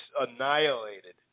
annihilated